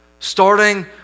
starting